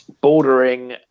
bordering